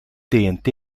tnt